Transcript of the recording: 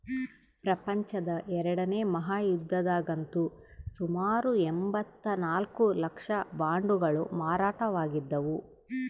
ಪ್ರಪಂಚದ ಎರಡನೇ ಮಹಾಯುದ್ಧದಗಂತೂ ಸುಮಾರು ಎಂಭತ್ತ ನಾಲ್ಕು ಲಕ್ಷ ಬಾಂಡುಗಳು ಮಾರಾಟವಾಗಿದ್ದವು